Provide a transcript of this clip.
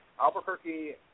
Albuquerque